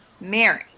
Mary